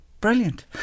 Brilliant